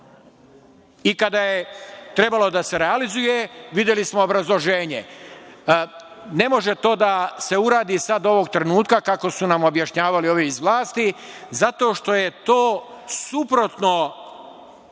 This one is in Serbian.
I kada je trebalo da se realizuje videli smo obrazloženje – ne može to da se uradi sada ovog trenutka, kako su nam objašnjavali ovi iz vlasti, zato što je to suprotno